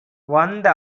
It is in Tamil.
வந்த